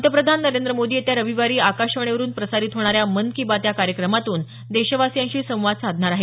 पंतप्रधान नरेंद्र मोदी येत्या रविवारी आकाशवाणीवरुन प्रसारित होणाऱ्या मन की बात या कार्यक्रमातून देशवासियांशी संवाद साधणार आहेत